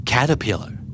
Caterpillar